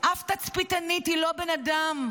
אף תצפיתנית היא לא בן אדם,